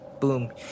Boom